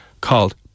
called